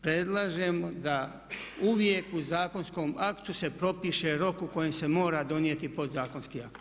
Predlažem da uvijek u zakonskom aktu se propiše rok u kojem se mora donijeti podzakonski akt.